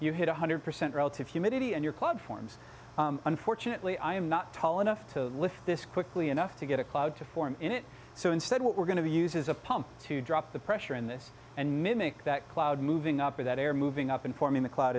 you hit one hundred percent relative humidity and your club forms unfortunately i am not tall enough to lift this quickly enough to get a cloud to form in it so instead what we're going to use is a pump to drop the pressure in this and mimic that cloud moving up with that air moving up and forming the cloud